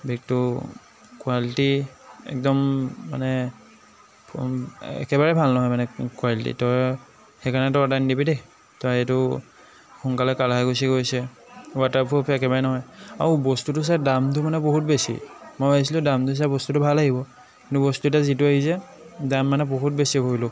বেগটো কুৱালিটী একদম মানে একেবাৰে ভাল নহয় মানে কুৱালিটী তই সেইকাৰণে তই অৰ্ডাৰ নিদিবি দেই তই এইটো সোনকালে কালাৰ গুচি গৈছে ৱাটাৰপ্ৰুফ একেবাৰে নহয় আৰু বস্তুটো চাই দামটো মানে বহুত বেছি মই ভাবিছিলোঁ দামটো চাই বস্তুটো ভাল আহিব কিন্তু বস্তুটো যিটো আহিছে দাম মানে বহুত বেছি ভৰিলোঁ